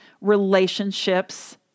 relationships